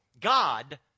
god